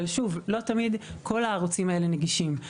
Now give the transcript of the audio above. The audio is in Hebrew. שוב, לא תמיד כל הערוצים האלה נגישים.